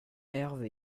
herve